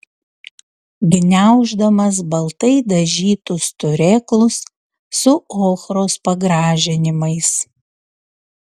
gniauždamas baltai dažytus turėklus su ochros pagražinimais